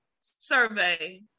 survey